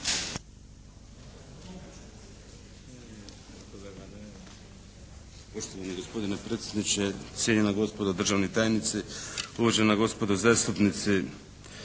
Hvala vam